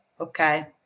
Okay